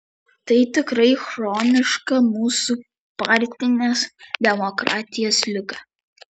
tai tikrai chroniška mūsų partinės demokratijos liga